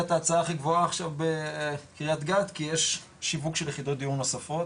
את ההצעה הכי גבוהה עכשיו בקריית גת כי יש שיווק של יחידות דיור נוספות